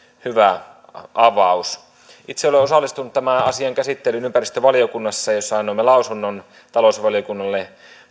hyvä avaus itse olen osallistunut tämän asian käsittelyyn ympäristövaliokunnassa jossa annoimme lausunnon talousvaliokunnalle